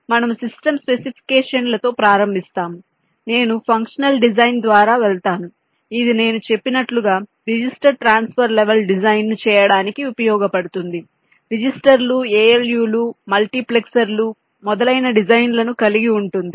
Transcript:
కాబట్టి మనము సిస్టమ్ స్పెసిఫికేషన్ల తో ప్రారంభిస్తాము నేను ఫంక్షనల్ డిజైన్ ద్వారా వెళ్తాను ఇది నేను చెప్పినట్లుగా రిజిస్టర్ ట్రాన్స్ఫర్ లెవెల్ డిజైన్ను చేయడానికి ఉపయోగపడుతుంది రిజిస్టర్లు ALU లు మల్టీప్లెక్సర్లు మొదలైన డిజైన్లను కలిగి ఉంటుంది